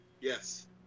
Yes